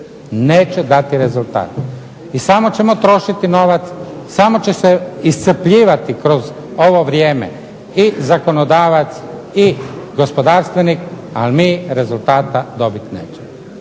Neće dati rezultat. I samo ćemo trošiti novac, samo će se iscrpljivati kroz ovo vrijeme i zakonodavac i gospodarstvenik, ali mi rezultata dobiti nećemo